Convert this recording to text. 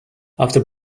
after